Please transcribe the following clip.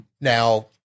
Now